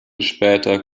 später